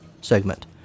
segment